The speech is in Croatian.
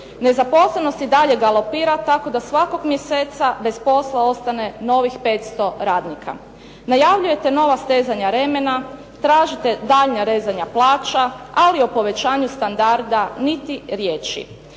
Nezaposlenost i dalje galopira tako da svakog mjeseca bez posla ostane novih 500 radnika. Najavljujete nova stezanja remena, tražite daljnja rezanja plaća ali o povećanju standarda niti riječi.